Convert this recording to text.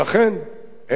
אין הבדל מהותי.